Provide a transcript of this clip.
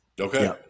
Okay